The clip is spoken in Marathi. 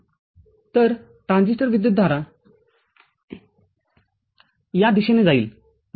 तर ट्रान्झिस्टर विद्युतधारा या दिशेने जाईल बरोबर